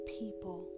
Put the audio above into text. people